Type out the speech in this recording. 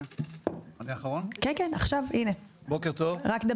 בוקר טוב.